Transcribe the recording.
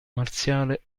marziale